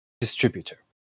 distributor